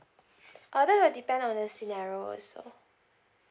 uh that will depend on the scenario also